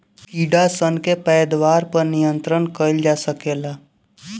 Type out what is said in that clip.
कीड़ा सन के पैदावार पर नियंत्रण कईल जा सकेला